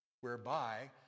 whereby